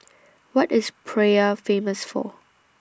What IS Praia Famous For